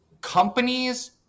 companies